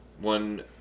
one